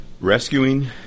rescuing